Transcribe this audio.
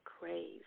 crave